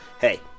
hey